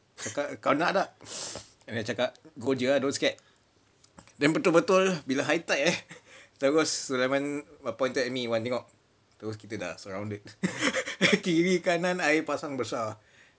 kau kau nak tak abeh aku cakap go jer ah don't scared then betul-betul bila high tide eh terus sulaiman pointed at me wan tengok terus kita dah surrounded kiri kanan air pasang besar